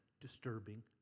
disturbing